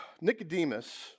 Nicodemus